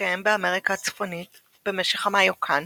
שהתקיים באמריקה הצפונית במשך המיוקן